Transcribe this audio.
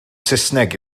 saesneg